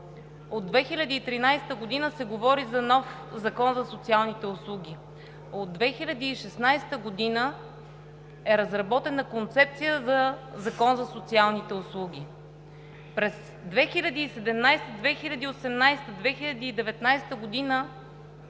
От 2013 г. се говори за нов Закон за социалните услуги. От 2016 г. е разработена Концепция за Закон за социалните услуги. През 2017-а, 2018-а, 2019 г.